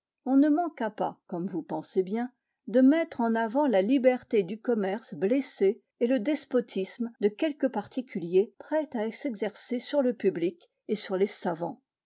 on ne manqua pas comme vous pensez bien de mettre en avant la liberté du commerce blessée et le despotisme de quelques particuliers prêt à s'exercer sur le public et sur les savants